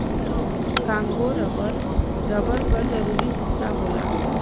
Congo rubber, rubber क जरूरी हिस्सा होला